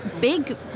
big